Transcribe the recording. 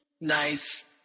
Nice